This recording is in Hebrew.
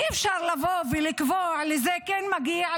אי-אפשר לבוא ולקבוע: לזה כן מגיע,